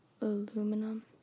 aluminum